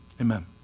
Amen